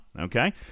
Okay